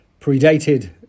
predated